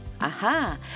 Aha